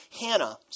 Hannah